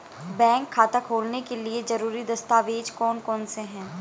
Bank खाता खोलने के लिए ज़रूरी दस्तावेज़ कौन कौनसे हैं?